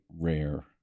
rare